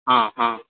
हँ हँ